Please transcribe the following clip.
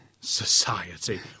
society